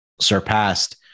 surpassed